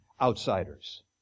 outsiders